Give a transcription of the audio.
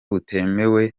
butemewe